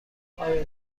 آیا